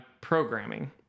programming